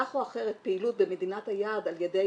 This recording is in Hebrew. כך או אחרת פעילות במדינת היעד על ידי